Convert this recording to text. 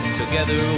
together